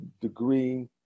degree